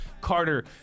Carter